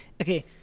Okay